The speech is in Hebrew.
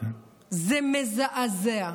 זה מזעזע.